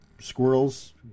squirrels